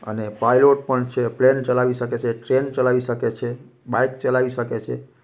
અને પાયલોટ પણ છે પ્લેન ચલાવી શકે છે ટ્રેન ચલાવી શકે છે બાઇક ચલાવી શકે છે